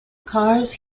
cars